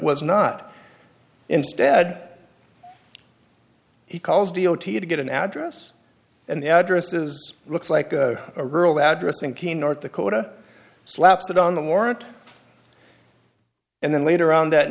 was not instead he calls d o t to get an address and the address is looks like a rural address in keene north dakota slaps it on the warrant and then later on that